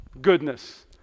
Goodness